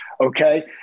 okay